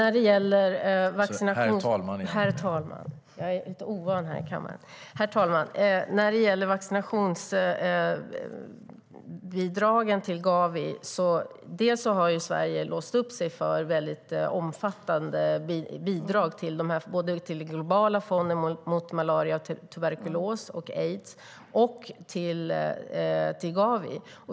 Herr talman! När det gäller vaccinationsbidragen till Gavi har Sverige låst upp sig för omfattande bidrag både till den globala fonden mot malaria, tuberkulos och aids och till Gavi.